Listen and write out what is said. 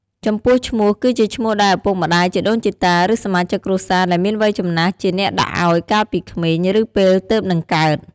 ចំពោះឈ្មោះ គឺជាឈ្មោះដែលឪពុកម្តាយ ជីដូនជីតា ឬ សមាជិកគ្រួសារដែលមានវ័យចំណាស់ជាអ្នកដាក់ឲ្យកាលពីក្មេង ឬពេលទើបនិងកើត។